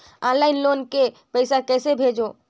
Online loan के पईसा कइसे भेजों?